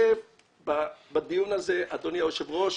בדיון הזה אדוני היושב-ראש,